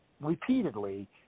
repeatedly